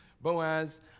Boaz